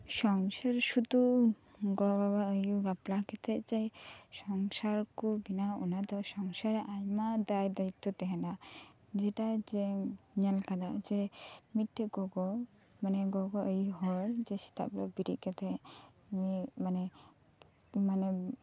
ᱥᱚᱝᱥᱟᱨ ᱥᱩᱫᱩ ᱜᱚ ᱵᱟᱵᱟ ᱟᱭᱩ ᱵᱟᱯᱞᱟ ᱠᱟᱛᱮᱫ ᱡᱮ ᱥᱚᱝᱥᱟᱨ ᱠᱚ ᱵᱮᱱᱟᱣᱟ ᱚᱱᱟ ᱫᱚ ᱥᱚᱝᱥᱟᱨᱟᱜ ᱟᱭᱢᱟ ᱫᱟᱭ ᱫᱟᱭᱤᱛᱛᱚ ᱛᱟᱦᱮᱸᱱᱟ ᱡᱮᱴᱟ ᱡᱮ ᱧᱮᱞ ᱠᱟᱱᱟ ᱡᱮ ᱢᱤᱜᱴᱮᱡ ᱜᱚᱜᱚ ᱢᱟᱱᱮ ᱜᱚᱜᱚ ᱟᱭᱩ ᱦᱚᱲ ᱡᱮ ᱥᱮᱛᱟᱜ ᱵᱮᱲᱟ ᱵᱮᱨᱮᱜ ᱠᱟᱛᱮᱫ ᱢᱟᱱᱮ ᱢᱟᱱᱮ